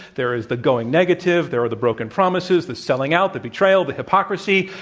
there is the going negative, there are the broken promises, the selling out, the betrayal, the hypocrisy.